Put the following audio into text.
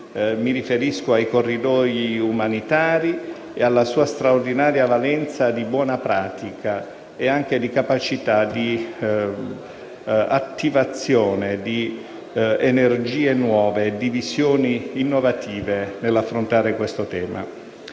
Mi riferisco ai corridoi umanitari e alla loro straordinaria valenza di buona pratica e anche di capacità di attivazione di energie nuove e di visioni innovative nell'affrontare questo tema.